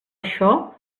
això